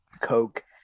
coke